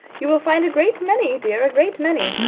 you will find a great many, dear, a great many.